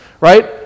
Right